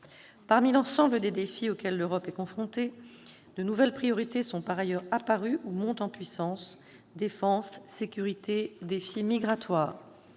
Parmi l'ensemble des défis auxquels l'Europe est confrontée, de nouvelles priorités sont par ailleurs apparues ou montent en puissance, comme la défense, la sécurité ou bien